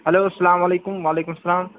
hello اَسلام علیکُم وعلیکُم اَسلام